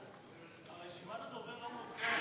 רשימת הדוברים לא מעודכנת.